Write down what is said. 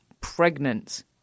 pregnant